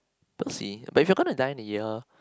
we'll see but if you're gonna die in a year